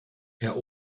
herr